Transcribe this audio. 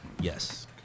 Yes